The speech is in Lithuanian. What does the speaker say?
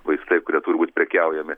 vaistai kurie turi būt prekiaujami